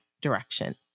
direction